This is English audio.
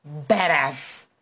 badass